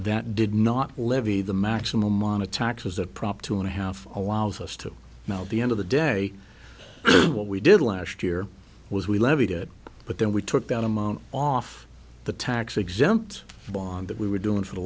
that did not levy the maximum on a taxes that prop two and a half allows us to the end of the day what we did last year was we leveed it but then we took that amount off the tax exempt bond that we were doing for the